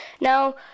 now